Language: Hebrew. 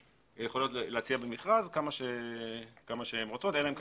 יכולות להציע במכרז כמה שהן רוצות אלא אם כן